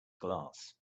glass